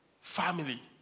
family